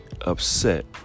upset